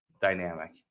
dynamic